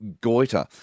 goiter